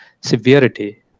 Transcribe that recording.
severity